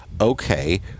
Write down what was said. Okay